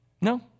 No